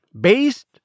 based